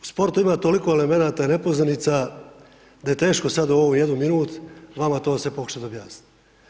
U sportu ima toliko elemenata i nepoznanica, da je teško sada u ovu jednu minut vama to sve pokušati objasniti.